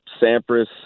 Sampras